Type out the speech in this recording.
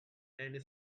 and